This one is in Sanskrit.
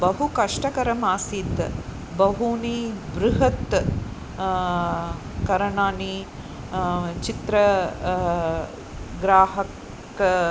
बहु कष्टकरमासीत् बहूनि बृहत् कारणानि चित्रग्राहकः